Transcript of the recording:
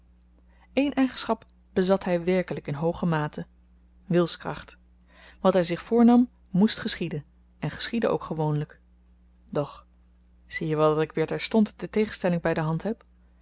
één eigenschap bezat hy werkelyk in hooge mate wilskracht wat hy zich voornam moest geschieden en geschiedde ook gewoonlyk doch zie je wel dat ik weer terstond de tegenstelling by de hand heb